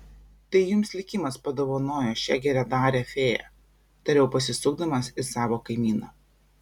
tai jums likimas padovanojo šią geradarę fėją tariau pasisukdamas į savo kaimyną